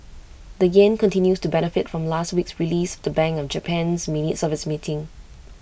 the Yen continues to benefit from last week's release of the bank of Japan's minutes of its meeting